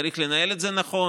צריך לנהל את זה נכון,